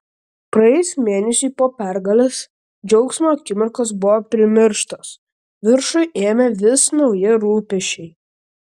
praėjus mėnesiui po pergalės džiaugsmo akimirkos buvo primirštos viršų ėmė vis nauji rūpesčiai